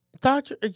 Doctor